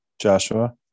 Joshua